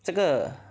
这个